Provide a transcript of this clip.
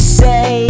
say